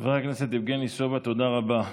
חבר הכנסת יבגני סובה, תודה רבה.